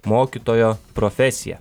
mokytojo profesiją